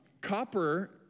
Copper